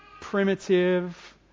primitive